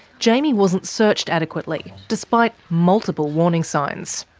jaimie wasn't searched adequately, despite multiple warning signs.